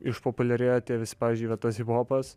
išpopuliarėjo tie visi pavyzdžiui va tas hiphopas